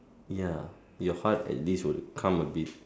ya your heart at least will calm a bit